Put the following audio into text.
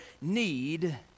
need